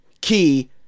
key